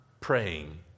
praying